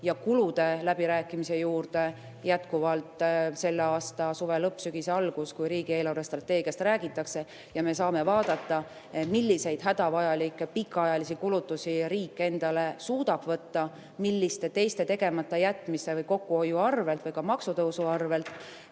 ja kulude läbirääkimiste juurde jätkuvalt selle aasta suve lõpus, sügise alguses, kui riigi eelarvestrateegiast räägitakse ja me saame vaadata, milliseid hädavajalikke pikaajalisi kulutusi riik endale suudab võtta, milliste teiste tegemata jätmiste või kokkuhoiu arvel või ka maksutõusu arvel.